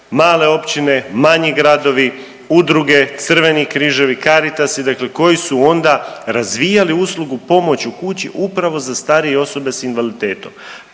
male općine, manji gradove, udruge, Crveni križevi, Caritasi, dakle koji su onda razvijali uslugu pomoći u kući upravo za starije osobe s invaliditetom,